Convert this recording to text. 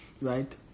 right